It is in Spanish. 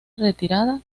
retirada